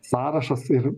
sąrašas ir